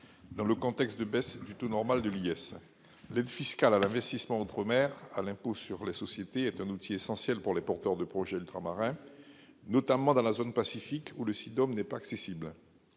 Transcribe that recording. dans le contexte de baisse du taux normal de cet impôt. L'aide fiscale à l'investissement outre-mer l'impôt sur les sociétés est un outil essentiel pour les porteurs de projets ultramarins, notamment dans la zone Pacifique, où le crédit d'impôt